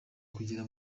kugera